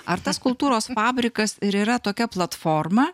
ar tas kultūros fabrikas ir yra tokia platforma